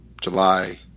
July